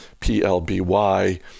PLBY